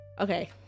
Okay